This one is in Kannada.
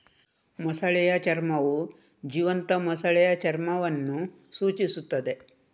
ಮೊಸಳೆಯ ಚರ್ಮವು ಜೀವಂತ ಮೊಸಳೆಯ ಚರ್ಮವನ್ನು ಸೂಚಿಸುತ್ತದೆ